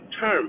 term